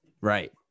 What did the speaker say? Right